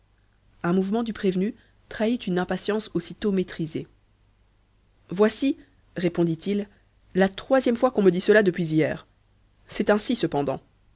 un mouvement du prévenu trahit une impatience aussitôt maîtrisée voici répondit-il la troisième fois qu'on me dit cela depuis hier c'est ainsi cependant